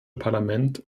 parlament